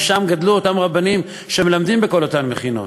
ושם גדלו אותם רבנים שמלמדים בכל אותן מכינות.